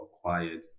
acquired